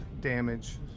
damage